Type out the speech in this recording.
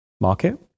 market